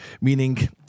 meaning